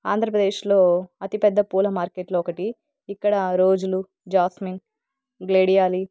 ఆంధ్రప్రదేశ్లో అతిపెద్ద పూల మార్కెట్లో ఒకటి ఇక్కడ రోస్లు జాస్మిన్ గ్లాడియోలస్